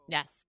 Yes